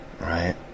Right